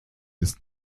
ist